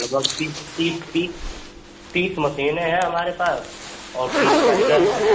लगभग तीस तीस तीस तीस मसीनें हैं हमारे पास और तीस कारीगर हैं